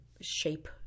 shape